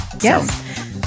Yes